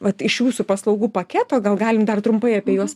vat iš jūsų paslaugų paketo gal galim dar trumpai apie juos